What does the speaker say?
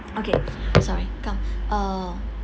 okay sorry come ah